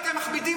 אתם מכבידים